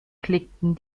klickten